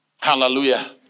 Hallelujah